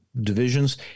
divisions